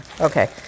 Okay